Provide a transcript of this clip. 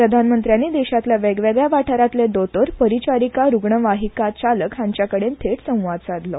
प्रधानमंत्र्यांनी देशांतले वेगवेगळ्या वाठारांतले दोतोर परिचारिका रुग्णवाहिका चालक हांचे कडेन थेट संवाद सादलो